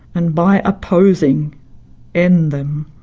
and by opposing end them?